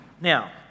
Now